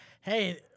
hey